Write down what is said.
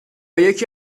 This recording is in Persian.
یکی